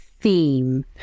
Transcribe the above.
theme